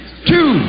Two